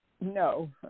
no